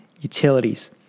utilities